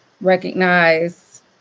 recognize